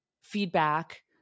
feedback